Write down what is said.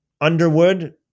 Underwood